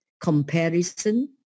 comparison